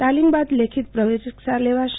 તાલીમ બાદલેખિત પરીક્ષા લેવાશે